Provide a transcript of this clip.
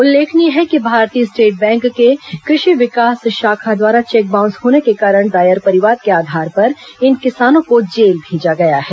उल्लेखनीय है कि भारतीय स्टेट बैंक के कृषि विकास शाखा द्वारा चेक बाउंस होने के कारण दायर परिवाद के आधार पर इन किसानों को जेल भेजा गया है